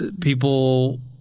people